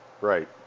right